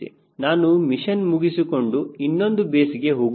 ನಾನು ಮಿಷನ್ ಮುಗಿಸಿಕೊಂಡು ಇನ್ನೊಂದು ಬೇಸ್ಗೆ ಹೋಗುತ್ತೇನೆ